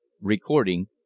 Recording